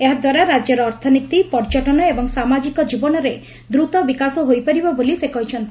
ଏହାଦ୍ୱାରା ରାକ୍ୟର ଅର୍ଥନୀତି ପର୍ଯ୍ୟଟନ ଏବଂ ସାମାଜିକ କୀବନରେ ଦ୍ରତ ବିକାଶ ହୋଇପାରିବ ବୋଲି ସେ କହିଛନ୍ତି